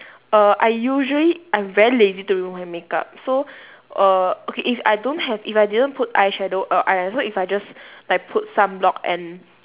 err I usually I'm very lazy to remove my makeup so err okay if I don't have I didn't put eyeshadow or eyeliner so if I just like put sunblock and